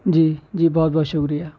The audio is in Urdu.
جی جی بہت بہت شکریہ